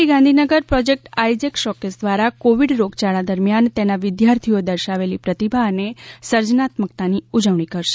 T Gandhinagar project Isaac showcase દ્વારા Covid રોગયાળા દરમિયાન તેના વિદ્યાર્થીઓએ દર્શાવેલી પ્રતિભા અને સર્જનાત્મકતાની ઉજવણી કરશે